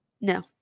No